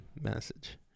message